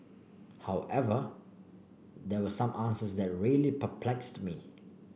however there were some answers that really perplexed me